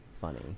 funny